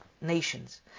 nations